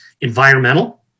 environmental